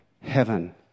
heaven